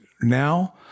now